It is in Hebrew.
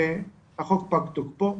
החוק פג תוקפו.